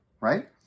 right